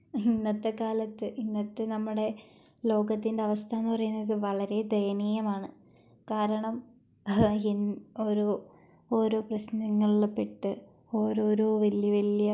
ഇന്നത്തെക്കാലത്ത് ഇന്നത്തെ നമ്മുടെ ലോകത്തിന്റെ അവസ്ഥയെന്ന് പറയുന്നന്നത് വളരെ ദയനീയമാണ് കാരണം ഒരു ഓരോ പ്രശ്നങ്ങളിൽപ്പെട്ട് ഓരോരോ വലിയ വലിയ